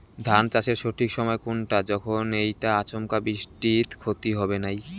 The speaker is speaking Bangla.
ধান চাষের সঠিক সময় কুনটা যখন এইটা আচমকা বৃষ্টিত ক্ষতি হবে নাই?